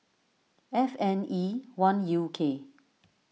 F N E one U K